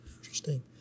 Interesting